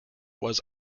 was